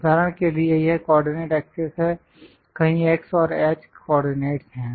उदाहरण के लिए यह कोऑर्डिनेट एक्सेस है कहीं x और h कोऑर्डिनेट्स हैं